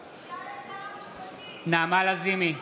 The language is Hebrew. נגד נעמה לזימי,